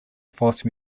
force